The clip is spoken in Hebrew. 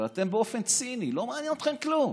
ואתם, באופן ציני, לא מעניין אתכם כלום